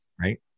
right